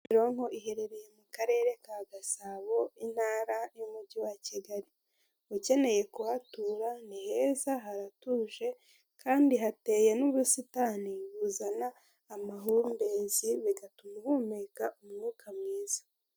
Kimironko iherereye mu karere ka Gasabo intara y'umugi wa Kigali. Ukeneye kuhatura ni heza haratuje kandi hateye n'ubusitani buzana amahumbezi bigatuma uhumeka umwuka mwiza.